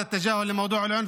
תודה רבה.